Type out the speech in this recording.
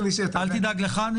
אני